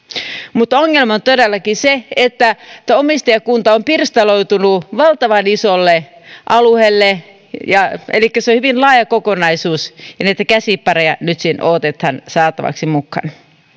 mutta ongelma on todellakin se että omistajakunta on pirstaloitunut valtavan isolle alueelle elikkä se on hyvin laaja kokonaisuus ja niitä käsipareja nyt sinne odotetaan saatavaksi mukaan